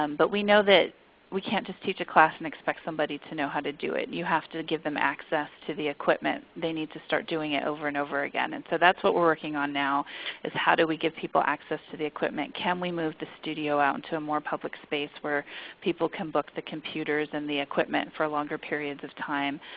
but we know that we can't just teach a class and expect somebody to know how to do it. you have to give them access to the equipment. they need to start doing it over and over again. and so that's what we're working on now is how do we give people access to the equipment? can we move the studio out into a more public space where people can book the computers and the equipment for longer periods of time?